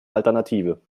alternative